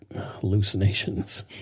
hallucinations